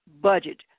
Budget